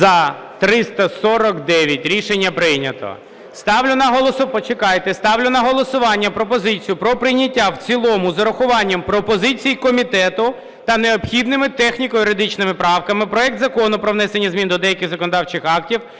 За-349 Рішення прийнято. Почекайте. Ставлю на голосування пропозицію про прийняття в цілому з урахуванням пропозицій комітету та необхідними техніко-юридичними правками проект Закону про внесення змін до деяких законодавчих актів